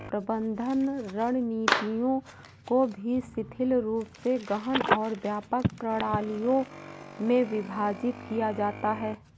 प्रबंधन रणनीतियों को भी शिथिल रूप से गहन और व्यापक प्रणालियों में विभाजित किया जाता है